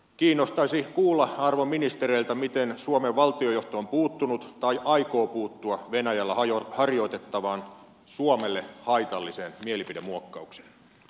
kiinnostaisi kuulla arvon ministereiltä miten suomen valtionjohto on puuttunut tai aikoo puuttua venäjällä harjoitettavaan suomelle haitalliseen mielipidemuokkaukseen